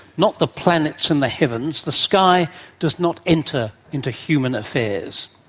not the planets and the heavens. the sky does not enter into human affairs.